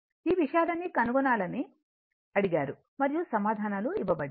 ఈ విషయాలన్నీ కనుగొనమని అడిగారు మరియు సమాధానాలు ఇవ్వబడ్డాయి